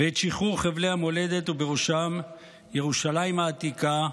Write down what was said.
ואת שחרור חבלי המולדת ובראשם ירושלים העתיקה,